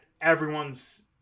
everyone's